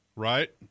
right